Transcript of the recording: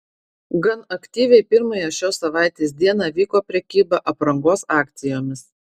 gan aktyviai pirmąją šios savaitės dieną vyko prekyba aprangos akcijomis